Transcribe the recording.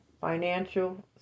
financial